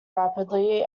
rapidly